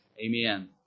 Amen